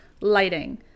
lighting